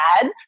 ads